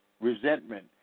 resentment